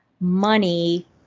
money